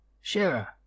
Sure